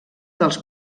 dels